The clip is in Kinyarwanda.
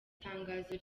tangazo